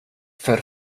för